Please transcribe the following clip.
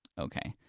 okay.